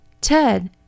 Ted